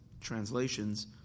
translations